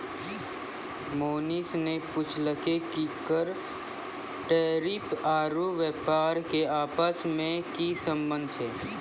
मोहनीश ने पूछलकै कि कर टैरिफ आरू व्यापार के आपस मे की संबंध छै